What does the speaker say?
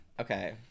Okay